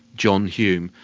john hume,